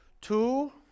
Two